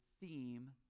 theme